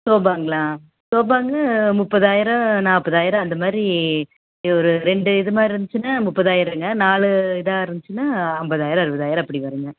ஷோபாங்களா ஷோபாங்க முப்பதாயிரம் நாற்பதாயிரம் அந்தமாதிரி ஒரு ரெண்டு இதுமாதிரி இருந்துச்சுன்னா முப்பதாயிரங்க நாலு இதா இருந்துச்சுன்னா ஐம்பதாயிரம் அறுபதாயிரம் அப்படி வருங்க